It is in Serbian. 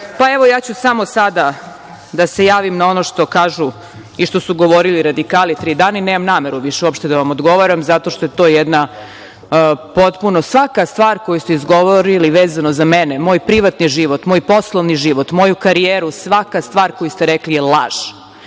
pa evo, samo ću sada da se javim, na ono što kažu i što su govorili radikali tri dana i nemam nameru više uopšte da vam odgovaram zato što je to jedna..Potpuno, svaka stvar koju ste izgovorili za mene, moj privatni život, moj poslovni život, moju karijeru, svaka stvar koju ste rekli je laž.